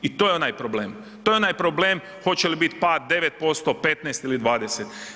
I to je onaj problem, to je onaj problem hoće li biti pad 9%, 15 ili 20.